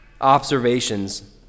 observations